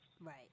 Right